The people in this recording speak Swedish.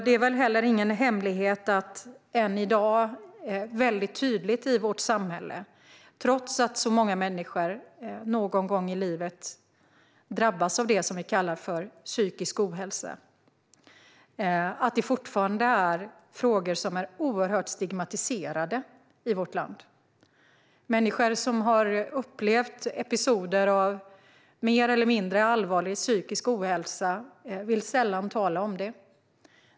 Det är väl heller ingen hemlighet att detta i vårt samhälle och i vårt land än i dag väldigt tydligt är frågor som är oerhört stigmatiserade, trots att så många människor någon gång i livet drabbas av det som vi kallar för psykisk ohälsa. Människor som har upplevt episoder av mer eller mindre allvarlig psykisk ohälsa vill sällan tala om det.